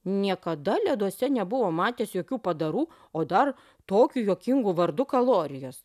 niekada leduose nebuvo matęs jokių padarų o dar tokiu juokingu vardu kalorijos